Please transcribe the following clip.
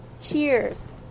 Cheers